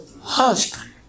husband